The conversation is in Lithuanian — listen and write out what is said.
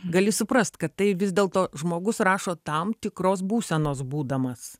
gali suprast kad tai vis dėlto žmogus rašo tam tikros būsenos būdamas